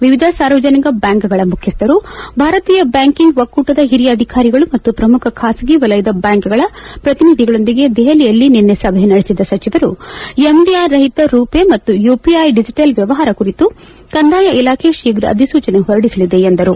ವಿವಿಧ ಸಾರ್ವಜನಿಕ ಬ್ಲಾಂಕ್ಗಳ ಮುಖ್ಯಸ್ವರು ಭಾರತೀಯ ಬ್ಲಾಂಕಿಂಗ್ ಒಕ್ಕೂಟದ ಹಿರಿಯ ಅಧಿಕಾರಿಗಳು ಮತ್ತು ಪ್ರಮುಖ ಖಾಸಗಿ ವಲಯದ ಬ್ಲಾಂಕ್ಗಳ ಪ್ರತಿನಿಧಿಗಳೊಂದಿಗೆ ದೆಹಲಿಯಲ್ಲಿ ನಿನ್ನೆ ಸಭೆ ನಡೆಸಿದ ಸಚಿವರು ಎಂಡಿಆರ್ ರಹಿತ ರುಪೆ ಮತ್ತು ಯುಪಿಐ ಡಿಜೆಟಲ್ ವ್ಲವಹಾರ ಕುರಿತು ಕಂದಾಯ ಇಲಾಖೆ ಶೀಘ್ರ ಅಧಿಸೂಚನೆ ಹೊರಡಿಸಲಿದೆ ಎಂದರು